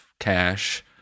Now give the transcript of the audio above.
cash